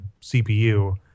CPU